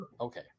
okay